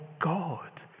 God